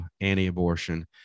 anti-abortion